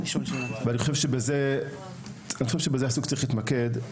ואני חושב שבזה צריך להתמקד,